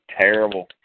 terrible